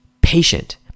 patient